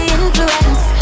influence